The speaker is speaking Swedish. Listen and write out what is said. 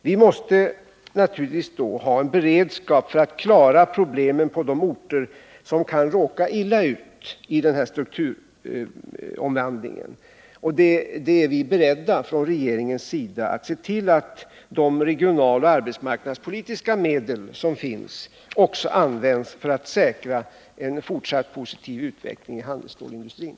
Vi måste naturligtvis ha en beredskap för att klara problemen på de orter som kan råka illa ut i den här strukturomvandlingen. Och vi är beredda från regeringens sida att se till att de regionaloch arbetsmarknadspolitiska medel som finns också används för att säkra en fortsatt positiv utveckling inom handelsstålsindustrin.